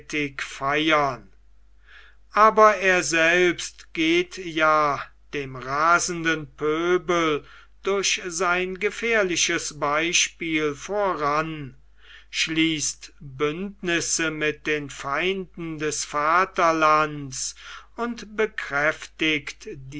feiern aber er selbst geht ja dem rasenden pöbel durch sein gefährliches beispiel voran schließt bündnisse mit den feinden des vaterlands und bekräftigt